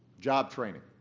job training.